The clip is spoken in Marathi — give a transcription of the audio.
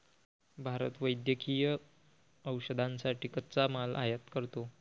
भारत वैद्यकीय औषधांसाठी कच्चा माल आयात करतो